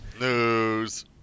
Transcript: News